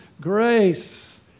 grace